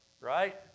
Right